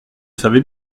savais